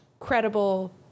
credible